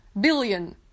billion